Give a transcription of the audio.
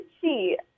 see